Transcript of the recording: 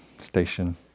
station